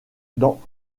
dans